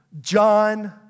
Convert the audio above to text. John